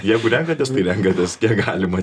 jeigu renkatės tai renkatės kiek galima